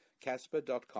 casper.com